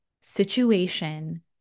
situation